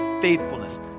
faithfulness